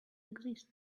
exist